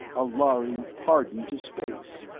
a lhari hardened to space.